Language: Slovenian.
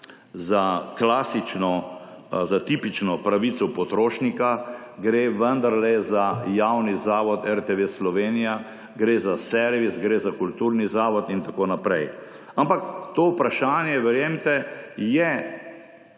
za klasično, za tipično pravico potrošnika, gre vendar za javni zavod RTV Slovenija, gre za servis, gre za kulturni zavod in tako naprej, ampak to vprašanje, verjemite, je